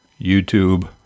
YouTube